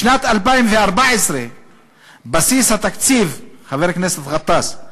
בשנת 2014 בסיס התקציב" חבר הכנסת גטאס,